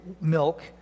milk